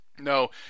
No